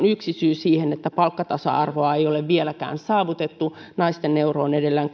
yksi syy siihen että palkkatasa arvoa ei ole vieläkään saavutettu naisten euro on edelleen